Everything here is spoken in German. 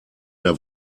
mehr